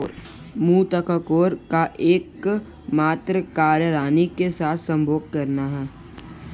मुकत्कोर का एकमात्र कार्य रानी के साथ संभोग करना है